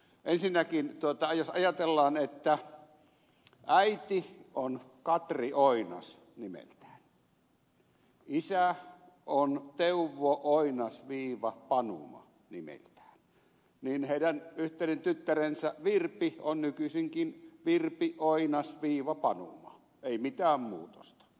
ensinnäkin jos ajatellaan että äiti on katri oinas nimeltään isä on teuvo oinas panuma nimeltään niin heidän yhteinen tyttärensä virpi on nykyisinkin virpi oinas panuma ei mitään muutosta